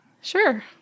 Sure